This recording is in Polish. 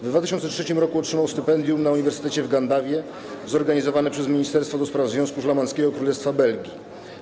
W 2003 r. otrzymał stypendium na uniwersytecie w Gandawie zorganizowane przez ministerstwo do spraw Związku Flamandzkiego Królestwa Belgii.